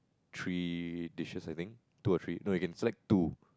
three dishes I think two or three no you can select two